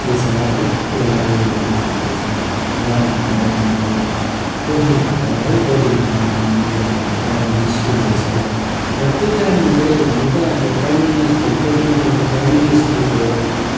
थिएछ है त्यो लाइब्रेरी हलहरू थिएछ र यहाँ हाम्रो यहाँनिर कोठी भन्छ है कोठीदेखि माथि अबो प्राइमेरि स्कुल थिएछ र त्यो टाइममा चाहिँ हुनु त अब प्राइमेरी स्कुल कोठी माथिको प्राइमेरी स्कुलको